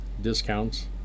discounts